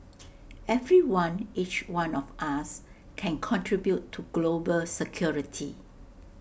everyone each one of us can contribute to global security